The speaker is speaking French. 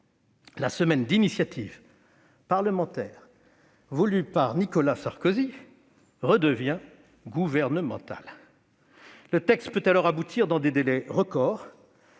La semaine d'initiative parlementaire, voulue par Nicolas Sarkozy, redevient gouvernementale ; le texte peut alors aboutir dans des délais records,